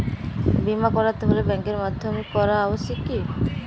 বিমা করাতে হলে ব্যাঙ্কের মাধ্যমে করা আবশ্যিক কি?